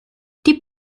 die